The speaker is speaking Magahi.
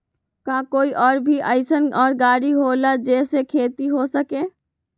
का कोई और भी अइसन और गाड़ी होला जे से खेती हो सके?